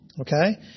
Okay